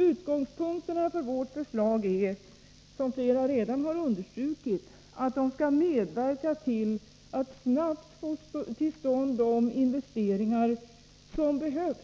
Utgångspunkterna för vårt förslag är, som flera redan har understrukit, att de skall medverka till att snabbt få till stånd de investeringar som behövs